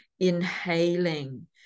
inhaling